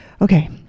Okay